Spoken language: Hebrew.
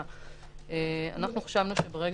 בדיוק